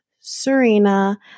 Serena